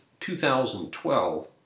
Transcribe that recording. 2012